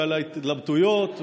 ועל ההתלבטויות והצרות,